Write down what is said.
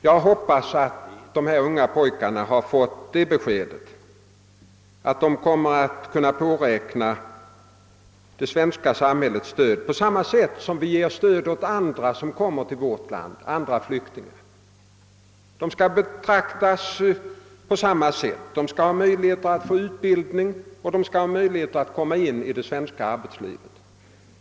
Jag hoppas att dessa unga pojkar har fått det beskedet, att de kan påräkna det svenska samhällets stöd på samma sätt som vi ger stöd åt andra flyktingar, som kommer till vårt land, och skall betraktas på samma sätt som dessa. De skall ha möjlighet att få utbildning, och de skall ha möjlighet att komma in i det svenska arbetslivet.